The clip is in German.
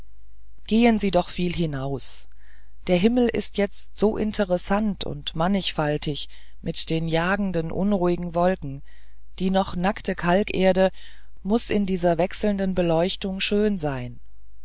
gehen sie doch viel hinaus der himmel ist jetzt so interessant und mannigfaltig mit den jagenden unruhigen wolken die noch nackte kalkerde muß in dieser wechselnden beleuchtung schön sein